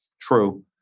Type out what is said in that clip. True